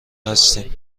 هستیم